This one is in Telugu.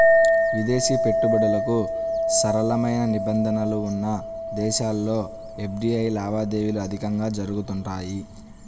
విదేశీ పెట్టుబడులకు సరళమైన నిబంధనలు ఉన్న దేశాల్లో ఎఫ్డీఐ లావాదేవీలు అధికంగా జరుగుతుంటాయి